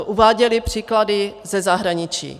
Uváděli příklady ze zahraničí.